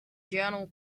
journal